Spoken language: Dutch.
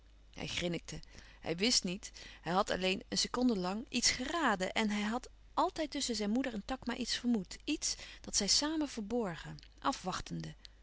hij grinnikte hij wist niet hij had alleen een seconde lang iets geraden en hij had àltijd tusschen zijn moeder en takma iets vermoed iets dat zij samen verborgen afwachtende